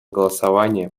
голосования